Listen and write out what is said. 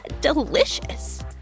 delicious